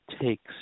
takes